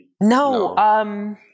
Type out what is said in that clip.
No